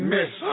Miss